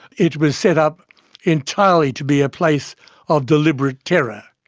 it was set up entirely to be a place of deliberate terror.